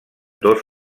dos